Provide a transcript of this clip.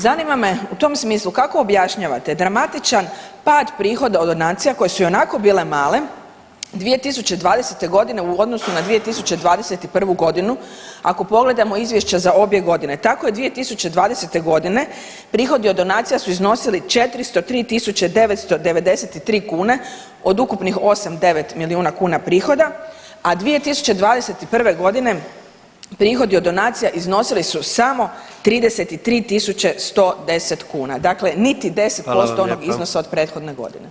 Zanima me u tom smislu kako objašnjavate dramatičan pad prihoda od donacija koje su ionako bile male, 2020.g. u odnosu na 2021.g. ako pogledamo izvješće za obje godine tako je 2020.g. prihodi od donacija su iznosili 403.993 kune od ukupnih 8-9 milijuna kuna prihoda, a 2021.g. prihodi od donacija iznosili su samo 33.110 kuna, dakle niti 10% onog iznosa od prethodne godine.